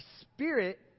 spirit